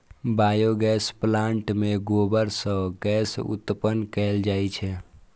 biogas plant मे गोबर सं गैस उत्पन्न कैल जाइ छै